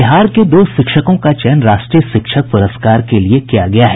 बिहार के दो शिक्षकों का चयन राष्ट्रीय शिक्षक प्रस्कार के लिये किया गया है